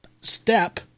step